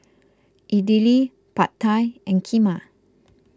Idili Pad Thai and Kheema